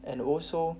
and also